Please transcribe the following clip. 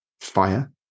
fire